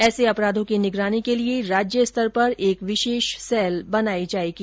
ऐसे अपराधों की निगरानी के लिये राज्य स्तर पर एक विशेष सेल बनाई जायेगी